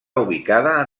ubicada